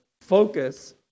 focus